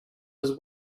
his